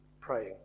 praying